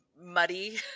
muddy